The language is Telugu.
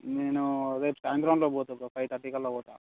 నేను రేపు సాయంత్రంలోపు పోతా బ్రో ఒక ఫైవ్ థర్టీకల్లా పోతాను